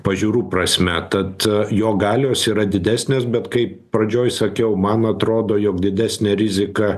pažiūrų prasme tad jo galios yra didesnės bet kai pradžioj sakiau man atrodo jog didesnė rizika